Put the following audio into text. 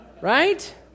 right